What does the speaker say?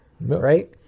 Right